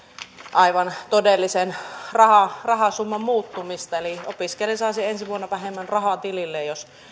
aivan todellisen rahasumman muuttumista eli opiskelija saisi ensi vuonna vähemmän rahaa tililleen jos